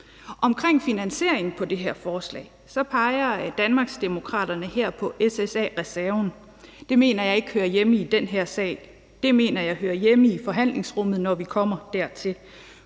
Omkring finansieringen af det her forslag peger Danmarksdemokraterne på SSA-reserven. Det mener jeg ikke hører hjemme i den her sag. Det mener jeg hører hjemme i forhandlingsrummet, når vi kommer dertil.